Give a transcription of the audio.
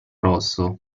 rosso